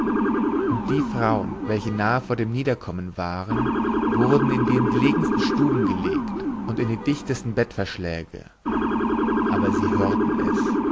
und die frauen welche nahe vor dem niederkommen waren wurden in die entlegensten stuben gelegt und in die dichtesten bettverschläge aber sie hörten es